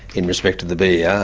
in respect to the ber, yeah